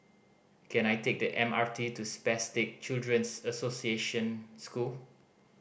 can I take the M R T to Spastic Children's Association School